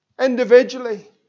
individually